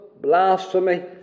blasphemy